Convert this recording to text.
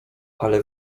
ale